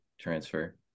transfer